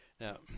Now